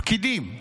פקידים,